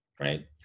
right